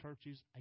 churches